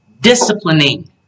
disciplining